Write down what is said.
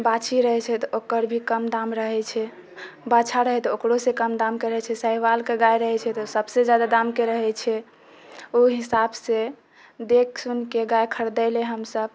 बाछी रहै छै तऽ ओकर भी कम दाम रहै छै बाछा रहै तऽ ओकरोसँ कम दामके रहै छै शाहीवालके जादा सबसँ जादा दामके रहै छै ओइ हिसाबसँ देखि सुनके गाय खरीदऽ हय हमसब